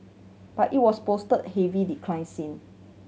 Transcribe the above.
but it was posted heavy decline sin